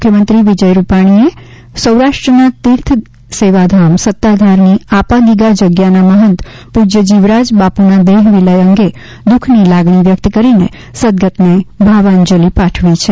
મુખ્યમંત્રી શ્રી વિજયભાઇ રૂપાણીએ સૌરાષ્ટ્રના તીર્થ સેવાધામ સતાધારની આપા ગીગા જગ્યાના મહંત પૂજ્ય જીવરાજ બા્પુના દેહવિલય અંગે દ્દખની લાગણી વ્યકત કરી સદ્દગતને ભાવાંજલી પાઠવી છે